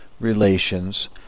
Relations